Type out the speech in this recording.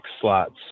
slots